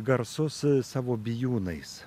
garsus savo bijūnais